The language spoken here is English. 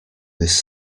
this